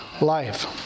life